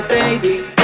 baby